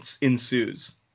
ensues